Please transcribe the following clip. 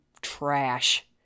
trash